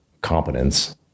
competence